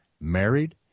married